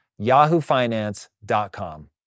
yahoofinance.com